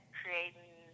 creating